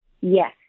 Yes